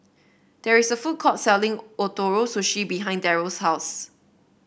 there is a food court selling Ootoro Sushi behind Darrel's house